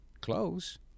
close